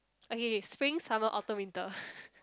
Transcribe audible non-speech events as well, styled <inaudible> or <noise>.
okay K spring autumn summer winter <laughs>